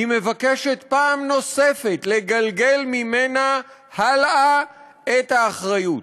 היא מבקשת פעם נוספת לגלגל ממנה הלאה את האחריות.